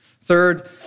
Third